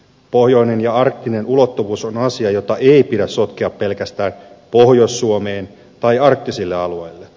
pohjoinen ja arktinen ulottuvuus on asia jota ei pidä sotkea pelkästään pohjois suomeen tai arktisille alueille